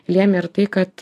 lėmė ir tai kad